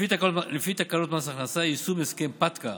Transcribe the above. ולפי תקנות מס הכנסה (יישום הסכם פטקא),